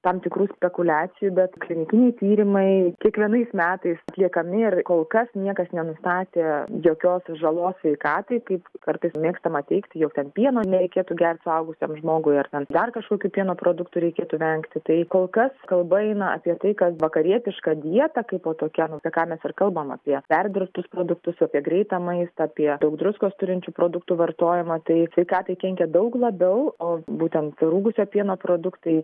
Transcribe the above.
tam tikrų spekuliacijų bet klinikiniai tyrimai kiekvienais metais atliekami ir kol kas niekas nenustatė jokios žalos sveikatai kaip kartais mėgstama teigti jog ten pieno nereikėtų gert suaugusiam žmogui ar ten dar kažkokių pieno produktų reikėtų vengti tai kol kas kalba eina apie tai kad vakarietiška dieta kaipo tokia nu apie ką mes ir kalbam apie perdirbtus produktus apie greitą maistą apie daug druskos turinčių produktų vartojimą tai sveikatai kenkia daug labiau o būtent rūgusio pieno produktai